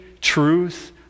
truth